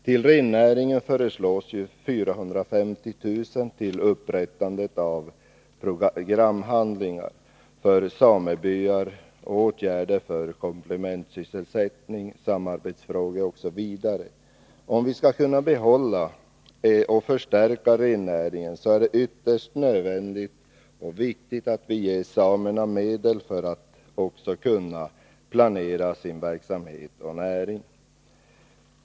Till rennäringen föreslås ett anslag på 450 000 kr. för upprättandet av programhandlingar för samebyar vad avser åtgärder för komplementsysselsättning, samarbetsfrågor osv. Om vi skall kunna behålla och förstärka rennäringen, är det ytterst nödvändigt att vi ger samerna medel så att de kan planera sin verksamhet och näring.